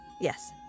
Yes